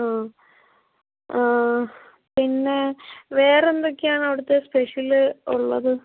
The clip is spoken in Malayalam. ആ ആ പിന്നെ വേറെന്തൊക്കെയാണ് അവടുത്തെ സ്പെഷ്യല് ഉള്ളത്